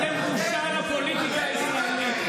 הממשלה תומכת בהצעת החוק?